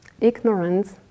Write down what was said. ignorance